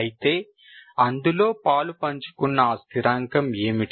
అయితే ఇందులో పాలుపంచుకున్న ఆ స్థిరాంకం ఏమిటి